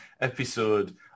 episode